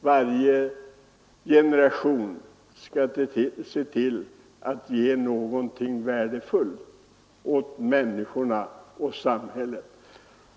Varje generation måste skapa något värdefullt åt människorna och samhället.